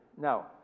Now